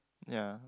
ya